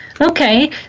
Okay